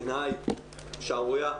בעיניי, שערורייה.